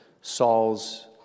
Saul's